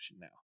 now